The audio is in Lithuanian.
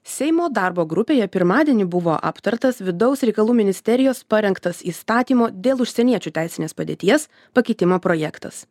seimo darbo grupėje pirmadienį buvo aptartas vidaus reikalų ministerijos parengtas įstatymo dėl užsieniečių teisinės padėties pakeitimo projektas